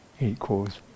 equals